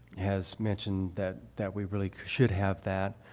has mentioned that that we really should have that.